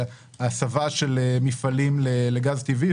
הסבה של מפעלים לגז טבעי,